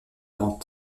grant